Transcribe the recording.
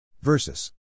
Versus